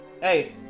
hey